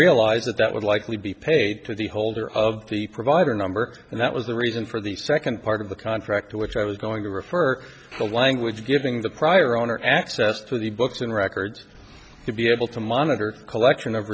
realized that that would likely be paid to the holder of the provider number and that was the reason for the second part of the contract to which i was going to refer the language giving the prior owner access to the books and records to be able to monitor collection of